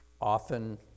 often